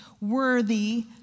worthy